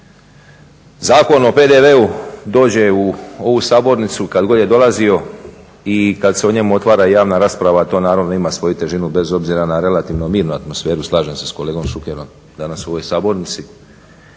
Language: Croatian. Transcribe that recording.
Zakon o PDV-u dođe u ovu sabornicu, kad god je dolazio i kad se o njemu otvara javna rasprava to naravno ima svoju težinu, bez obzira na relativno mirnu atmosferu, slažem se s kolegom Šukerom, danas u ovoj sabornici.